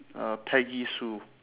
uh peggy sue